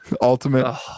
Ultimate